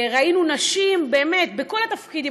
וראינו נשים באמת בכל התפקידים,